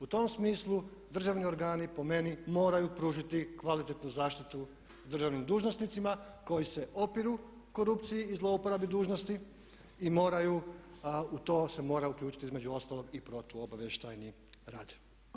U tom smislu državni organi po meni moraju pružiti kvalitetnu zaštitu državnim dužnosnicima koji se opiru korupciji i zlouporabi dužnosti i moraju, u to se mora uključiti između ostalog i protu obavještajni rad.